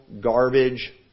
garbage